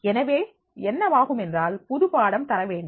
எனவே என்னவாகும் என்றால் புது பாடம் தர வேண்டும்